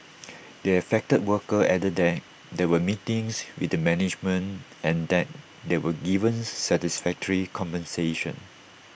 the affected worker added that there were meetings with the management and that they were given satisfactory compensation